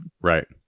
Right